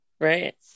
right